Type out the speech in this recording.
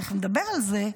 תכף נדבר על זה,